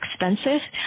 expensive